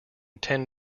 ten